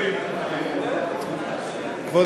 כבוד